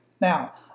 Now